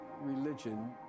religion